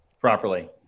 properly